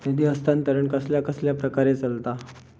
निधी हस्तांतरण कसल्या कसल्या प्रकारे चलता?